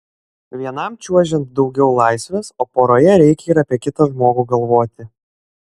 vienam čiuožiant daugiau laisvės o poroje reikia ir apie kitą žmogų galvoti